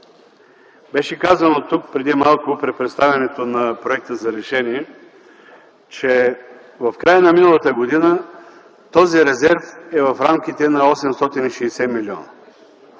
Беше казано тук преди малко при представянето на проекта за решение, че в края на миналата година този резерв е в рамките на 860 милиона.